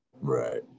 Right